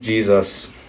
Jesus